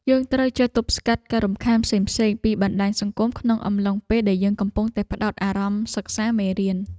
យើងត្រូវចេះទប់ស្កាត់ការរំខានផ្សេងៗពីបណ្តាញសង្គមក្នុងអំឡុងពេលដែលយើងកំពុងតែផ្តោតអារម្មណ៍សិក្សាមេរៀន។